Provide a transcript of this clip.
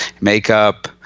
Makeup